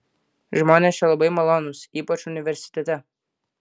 žmonės čia labai malonūs ypač universitete